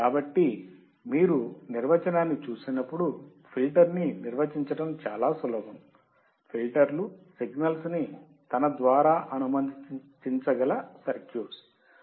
కాబట్టి మీరు నిర్వచనాన్ని చూసినప్పుడు ఫిల్టర్ ని నిర్వచించటం చాలా సులభం ఫిల్టర్లు సిగ్నల్స్ ని తన ద్వారా అనుమతించ గల సర్క్యూట్స్